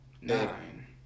nine